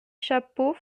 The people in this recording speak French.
chapeaux